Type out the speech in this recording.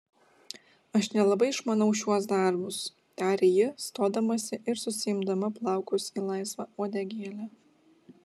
aš nelabai išmanau šiuos darbus tarė ji stodamasi ir susiimdama plaukus į laisvą uodegėlę